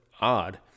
Odd